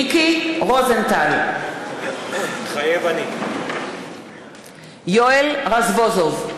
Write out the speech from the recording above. מיקי רוזנטל, מתחייב אני יואל רזבוזוב,